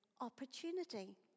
opportunity